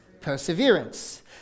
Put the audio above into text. Perseverance